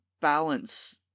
balance